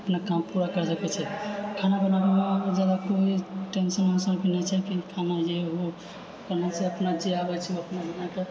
अपना काम पूरा कर सकै छै खाना बनाबैमे जादा कोइ भी टेन्शन वेन्सन भी नहि छै कि खाना ये वो अपना जे आबै छै अपना बनाकऽ